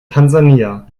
tansania